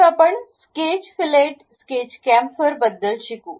मग आपण sketch fillet sketch chamfer बद्दल शिकू